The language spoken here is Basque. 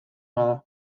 bada